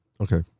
Okay